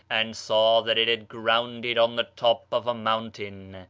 and saw that it had grounded on the top of a mountain.